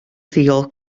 ddiolch